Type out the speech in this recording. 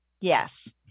Yes